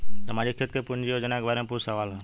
सामाजिक क्षेत्र की योजनाए के बारे में पूछ सवाल?